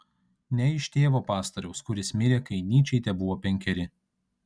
ne iš tėvo pastoriaus kuris mirė kai nyčei tebuvo penkeri